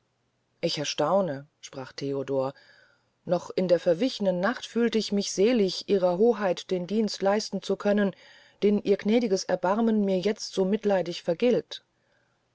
ich erstaune sprach theodor noch in der verwichenen nacht fühlt ich mich selig ihrer hoheit den dienst leisten zu können den ihr gnädiges erbarmen mir jetzt so mitleidig vergilt